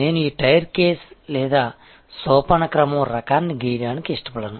నేను ఈ tier case లేదా సోపానక్రమం రకాన్ని గీయడానికి ఇష్టపడను